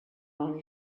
only